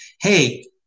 Hey